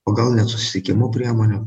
o gal net susisiekimo priemonėm